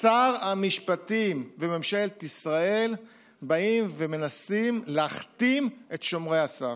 שר המשפטים וממשלת ישראל באים ומנסים להכתים את שומרי הסף.